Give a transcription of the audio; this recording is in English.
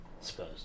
suppose